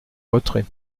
retrait